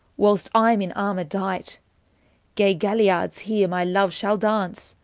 whilst ime in armour dighte gay galliards here my love shall dance,